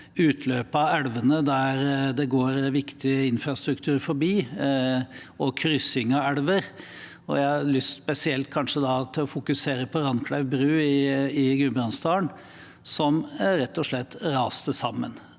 utløpene av elver der det går viktig infrastruktur forbi, og kryssing av elver. Jeg har spesielt lyst til å fokusere på Randklev bru i Gudbrandsdalen, som rett og slett raste sammen.